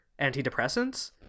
antidepressants